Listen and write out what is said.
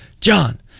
John